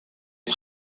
est